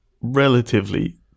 relatively